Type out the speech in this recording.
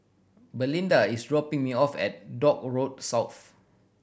Belinda is dropping me off at Dock Road South